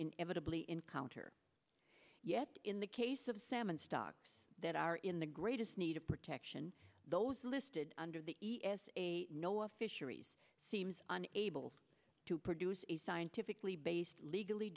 inevitably encounter yet in the case of salmon stocks that are in the greatest need of protection those listed under the e s a a no of fisheries seems unable to produce a scientifically based legally